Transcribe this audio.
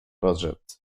budget